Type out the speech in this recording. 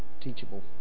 teachable